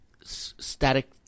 static